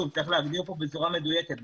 צריך להגדיר פה בצורה מדויקת.